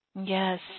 Yes